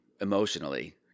emotionally